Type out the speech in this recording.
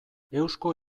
eusko